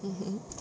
mmhmm